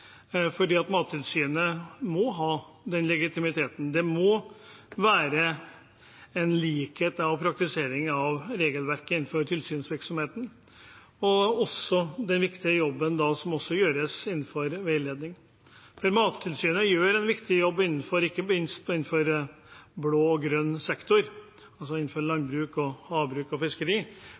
fordi Mattilsynet må ha den legitimiteten. Det må være en likhet i praktiseringen av regelverket innenfor tilsynsvirksomheten og også i den viktige jobben som gjøres innen veiledning. For Mattilsynet gjør en viktig jobb, ikke minst i blå og grønn sektor – innenfor landbruk, havbruk og fiskeri